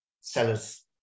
sellers